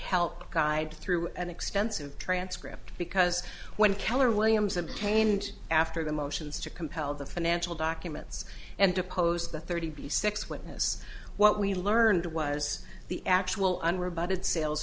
help guide through an extensive transcript because when keller williams obtained after the motions to compel the financial documents and deposed the thirty b six witness what we learned was the actual on rebutted sales